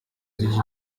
z’iki